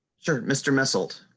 certain mister missiles.